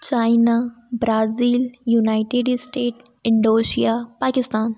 China Brazil United State Indonesia Pakistan